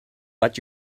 but